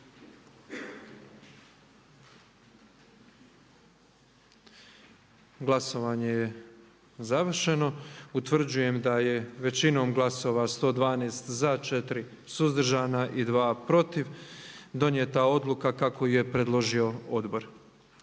Glasovanje je završeno. Utvrđujem da je većinom glasova 112 za, 4 suzdržana i 2 protiv donijeta odluka kako ju je predložio Odbor.